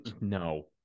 no